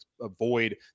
avoid